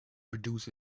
produce